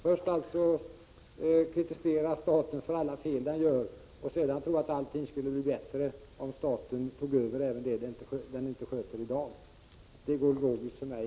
Först kritiserar han alltså staten för alla fel den gör, och sedan säger han att han tror att allt skulle bli bättre om staten tog över även det som den inte sköter i dag. Detta går logiskt inte ihop för mig.